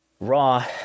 Raw